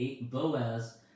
Boaz